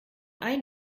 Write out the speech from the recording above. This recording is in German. ein